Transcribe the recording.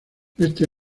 ese